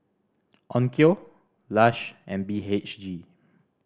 Onkyo Lush and B H G